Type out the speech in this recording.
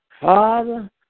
Father